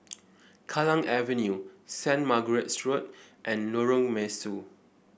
Kallang Avenue Saint Margaret's Road and Lorong Mesu